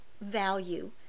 value